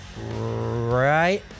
right